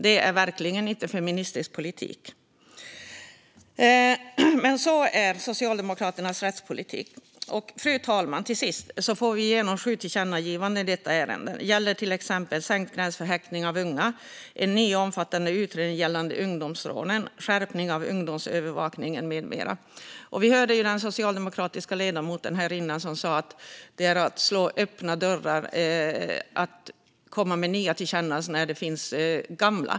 Det är verkligen inte feministisk politik. Men sådan är Socialdemokraternas rättspolitik. Fru talman! Till sist får vi igenom sju förslag till tillkännagivanden i detta ärende. Det gäller till exempel sänkt gräns för häktning av unga, en ny omfattande utredning gällande ungdomsrånen, skärpning av ungdomsövervakningen med mera. Vi hörde den socialdemokratiska ledamoten här tidigare säga att det är att slå in öppna dörrar att komma med nya tillkännagivanden när det finns gamla.